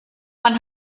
man